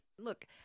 Look